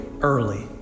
early